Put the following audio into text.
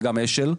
וגם אש״ל.